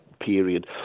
period